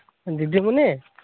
ᱫᱤᱫᱤᱢᱚᱱᱤ